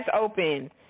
open